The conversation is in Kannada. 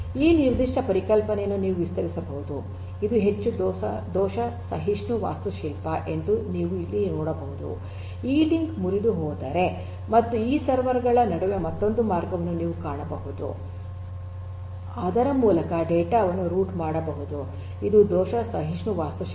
ಈ ನಿರ್ದಿಷ್ಟ ಪರಿಕಲ್ಪನೆಯನ್ನು ನೀವು ವಿಸ್ತರಿಸಬಹುದು ಇದು ಹೆಚ್ಚು ದೋಷ ಸಹಿಷ್ಣು ವಾಸ್ತುಶಿಲ್ಪ ಎಂದು ನೀವು ಇಲ್ಲಿ ನೋಡಬಹುದು ಈ ಲಿಂಕ್ ಮುರಿದುಹೋದರೆ ಮತ್ತು ಈ ಸರ್ವರ್ ಗಳ ನಡುವೆ ಮತ್ತೊಂದು ಮಾರ್ಗವನ್ನು ನೀವು ಕಾಣಬಹುದು ಅದರ ಮೂಲಕ ಡೇಟಾ ವನ್ನು ರೂಟ್ ಮಾಡಬಹುದು ಇದು ದೋಷ ಸಹಿಷ್ಣು ವಾಸ್ತುಶಿಲ್ಪ